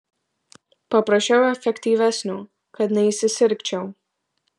paprašiau efektyvesnio kad neįsisirgčiau